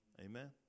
Amen